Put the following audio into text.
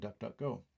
DuckDuckGo